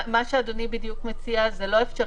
מה שאדוני בדיוק מציע זה לא אפשרי.